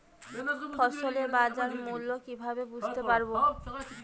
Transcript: ফসলের বাজার মূল্য কিভাবে বুঝতে পারব?